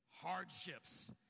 hardships